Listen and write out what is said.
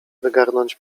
wygarnąć